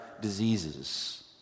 diseases